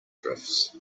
drifts